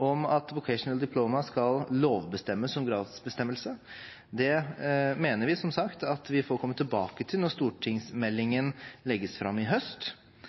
om at Vocational Diploma skal lovbestemmes som gradsbestemmelse. Det mener vi, som sagt, at vi får komme tilbake til når stortingsmeldingen legges fram i høst.